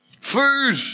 food